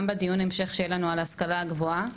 בדיון ההמשך שיהיה לנו על ההשכלה הגבוהה.